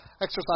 exercise